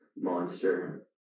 monster